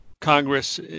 Congress